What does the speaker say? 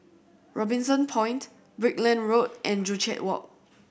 Robinson Point Brickland Road and Joo Chiat Walk